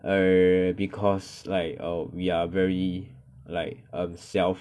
err because like err we are very like um self